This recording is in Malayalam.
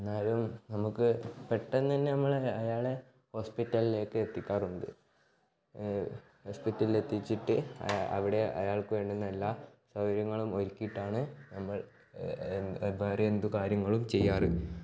എന്നാലും നമുക്ക് പെട്ടെന്ന് തന്നെ നമ്മൾ അയാളെ ഹോസ്പിറ്റലിലേക്ക് എത്തിക്കാറുണ്ട് ഹോസ്പിറ്റലിൽ എത്തിച്ചിട്ട് അവിടെ അയാൾക്ക് വേണ്ടുന്ന എല്ലാ സൗകര്യങ്ങളും ഒരുക്കിയിട്ടാണ് നമ്മൾ വേറെ എന്ത് കാര്യങ്ങളും ചെയ്യാറ്